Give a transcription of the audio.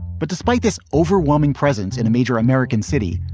but despite this overwhelming presence in a major american city,